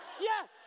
Yes